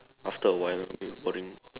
after a while it'll be boring